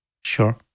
Sure